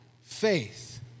Faith